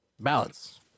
balance